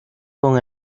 con